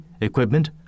equipment